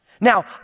Now